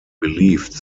believed